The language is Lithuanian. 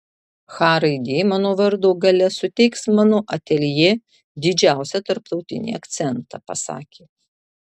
h raidė mano vardo gale suteiks mano ateljė didžiausią tarptautinį akcentą pasakė